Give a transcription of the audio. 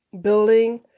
building